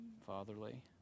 Fatherly